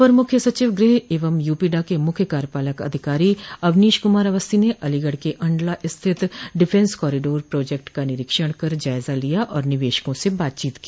अपर मुख्य सचिव गृह एवं यूपोडा के मुख्य कार्यपालक अधिकारी अवनीश कुमार अवस्थी ने अलीगढ़ के अंडला स्थित डिफेंस कॉरिडोर प्रोजेक्ट का निरीक्षण कर जायजा लिया और निवेशकों से बात की